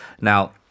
Now